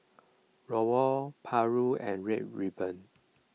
Rawon Paru and Red Ruby